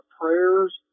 prayers